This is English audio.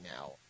now